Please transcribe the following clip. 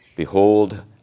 Behold